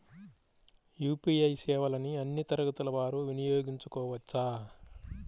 UPI సేవలని అన్నీ తరగతుల వారు వినయోగించుకోవచ్చా?